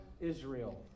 Israel